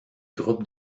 groupes